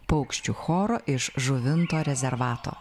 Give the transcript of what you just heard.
paukščių choro iš žuvinto rezervato